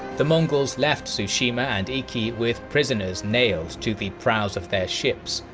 the mongols left tsushima and iki with prisoners nailed to the prows of their ships,